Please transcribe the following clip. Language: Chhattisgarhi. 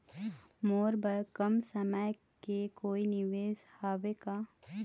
मोर बर कम समय के कोई निवेश हावे का?